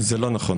זה לא נכון.